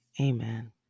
amen